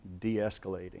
de-escalating